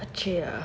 the cheer